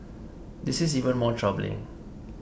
this is even more troubling